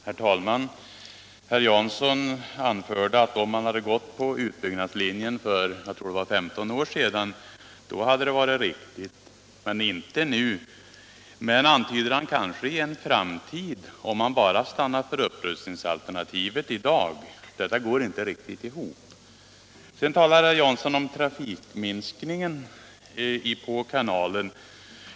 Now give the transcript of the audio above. Herr talman! Herr Jansson anförde att om vi hade gått på utbyggnadslinjen för omkring 15 år sedan, då hade det varit riktigt — inte nu. Men, antyder han, kanske kommer det att vara det rätta i en framtid, om vi bara stannar för upprustningsalternativet i dag. Detta går inte riktigt ihop. Sedan talar herr Jansson om trafikminskning på kanalen.